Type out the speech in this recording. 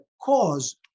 cause